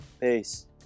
Peace